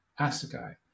Asagai